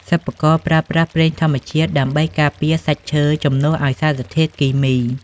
សិល្បករប្រើប្រាស់ប្រេងធម្មជាតិដើម្បីការពារសាច់ឈើជំនួសឱ្យសារធាតុគីមី។